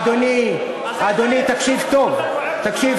אדוני, תקשיב טוב.